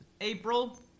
April